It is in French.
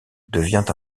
devient